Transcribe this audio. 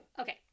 okay